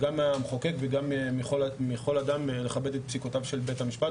מהמחוקק ומכל אדם לכבד את פסיקותיו של בית המשפט.